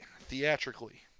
theatrically